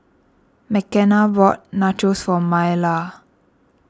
Mckenna bought Nachos for Maleah